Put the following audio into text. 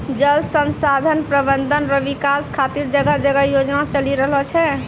जल संसाधन प्रबंधन रो विकास खातीर जगह जगह योजना चलि रहलो छै